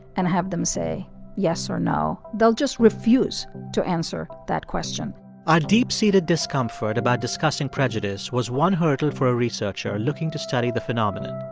and have them say yes or no. they'll just refuse to answer that question our deep-seated discomfort about discussing prejudice was one hurdle for a researcher looking to study the phenomenon.